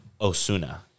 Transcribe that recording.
Osuna